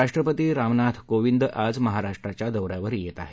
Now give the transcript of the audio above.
राष्ट्रपती रामनाथ कोविंद आज महाराष्ट्राच्या दौऱ्यावर येत आहेत